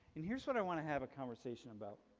and here's what i want to have a conversation about